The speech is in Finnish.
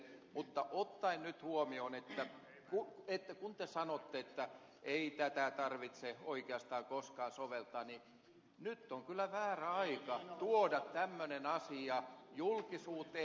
mutta ottaen nyt huomioon kun te sanotte että ei tätä tarvitse oikeastaan koskaan soveltaa niin nyt on kyllä väärä aika tuoda tämmöinen asia julkisuuteen